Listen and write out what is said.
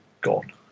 gone